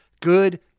good